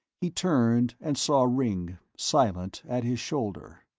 he turned and saw ringg, silent, at his shoulder.